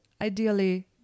ideally